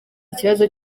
ikibazo